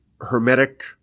hermetic